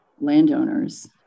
landowners